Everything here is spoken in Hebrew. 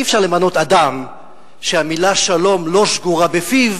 אי-אפשר למנות אדם שהמלה "שלום" לא שגורה בפיו